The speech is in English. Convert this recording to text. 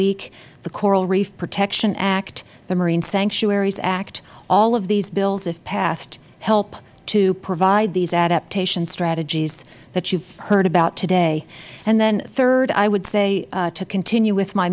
week the coral reef protection act the marine sanctuaries act all of these bills if passed will help to provide these adaptation strategies that you have heard about today and then third i would say to continue with my